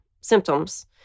symptoms